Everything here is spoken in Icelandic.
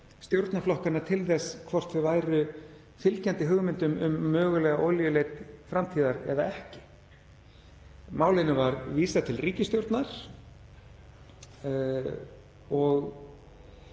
stjórnarflokkanna til þess hvort þau væru fylgjandi hugmyndum um mögulega olíuleit framtíðar eða ekki. Málinu var vísað til ríkisstjórnar og